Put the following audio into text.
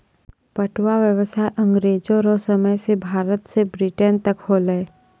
पटुआ व्यसाय अँग्रेजो रो समय से भारत से ब्रिटेन तक होलै